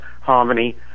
harmony